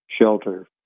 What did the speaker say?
shelter